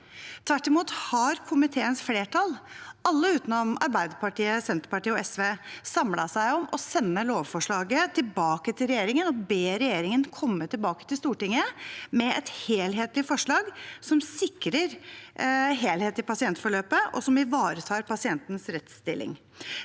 Tvert imot har komiteens flertall, alle utenom Arbeiderpartiet, Senterpartiet og SV, samlet seg om å sende lovforslaget tilbake til regjeringen og ber regjeringen komme tilbake til Stortinget med et helhetlig forslag som sikrer helheten i pasientforløpet, og som ivaretar pasientenes rettsstilling.